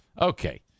Okay